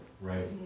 Right